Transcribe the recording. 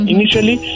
Initially